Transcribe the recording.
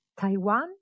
Taiwan